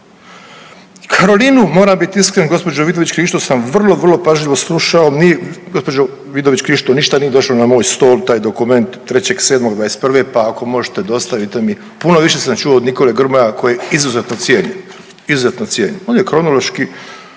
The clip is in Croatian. Karolinu, moram bit iskren, gospođu Vidović Krišto sam vrlo, vrlo pažljivo slušao, nije gospođo Vidović Krišto, ništa nije došlo na moj stol, taj dokument 3.7.2021. pa ako možete dostavite mi. Puno više sam čuo od Nikole Grmoja koji izuzetno cijenim, izuzetno cijenim, on je kronološki,